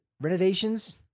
renovations